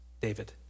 David